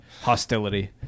hostility